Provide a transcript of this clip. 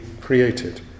created